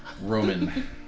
Roman